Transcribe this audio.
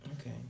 okay